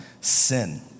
sin